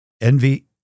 Envy